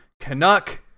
Canuck